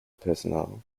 personnel